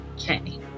Okay